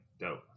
dope